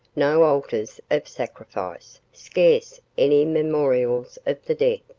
no altars of sacrifice scarce any memorials of the dead.